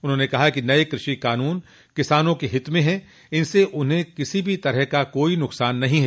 उन्होंने कहा कि नये कृषि कानून किसानों के हित में हैं इनसे उन्हें कोई किसी भी तरह का कोई नुकसान नहीं है